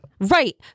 Right